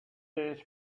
days